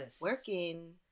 working